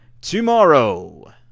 tomorrow